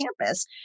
campus